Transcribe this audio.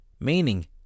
meaning